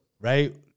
Right